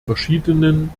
verschiedenen